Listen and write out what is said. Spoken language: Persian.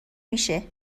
میشه